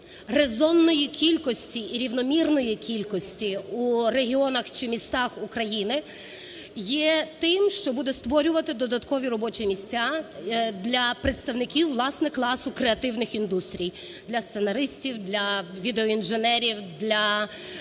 резонної кількості і рівномірної кількості у регіонах чи містах України є тим, що буде створювати додаткові робочі міста для представників, власне, класу креативних індустрій: для сценаристів, для відеоінженерів, для усіх,